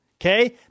okay